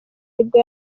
nibwo